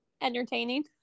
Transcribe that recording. entertaining